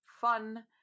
fun